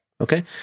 Okay